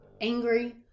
angry